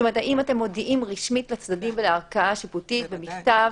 אתם מודיעים רשמית לצדדים ולערכאה השיפוטית במכתב?